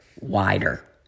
wider